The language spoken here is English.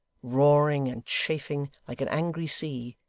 roaring and chafing like an angry sea,